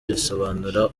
risobanura